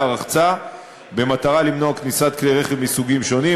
הרחצה במטרה למנוע כניסת כלי רכב מסוגים שונים,